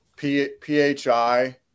PHI